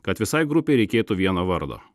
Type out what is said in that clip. kad visai grupei reikėtų vieno vardo